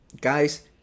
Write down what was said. guys